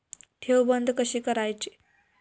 ठेव बंद कशी करायची?